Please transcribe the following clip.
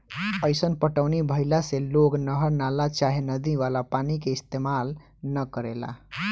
अईसन पटौनी भईला से लोग नहर, नाला चाहे नदी वाला पानी के इस्तेमाल न करेला